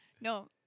No